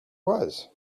was